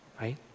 Right